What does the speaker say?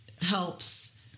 helps